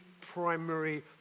primary